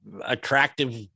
attractive